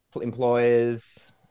employers